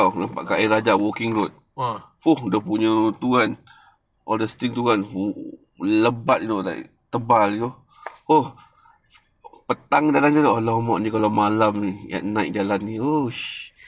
ah